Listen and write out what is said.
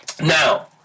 Now